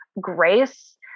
grace